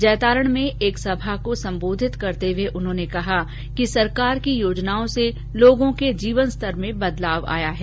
जैतारण में एक सभा को सम्बोधित करते हुए उन्होंने कहा कि सरकार की योजनाओं से लोगों के जीवन स्तर में बदलाव आया है